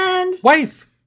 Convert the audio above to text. Wife